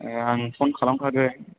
आं फन खालामखागोन